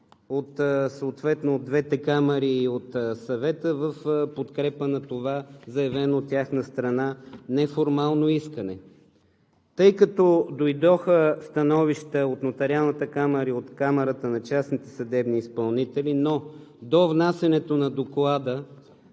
от двете камари и от Съвета в подкрепа на това заявено от тяхна страна неформално искане. Тъй като дойдоха становища от Нотариалната камара и от Камарата на частните съдебни изпълнители, но до внасянето на Доклада